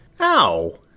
Ow